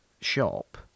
shop